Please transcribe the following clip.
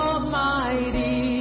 Almighty